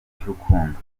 cy’urukundo